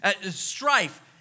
strife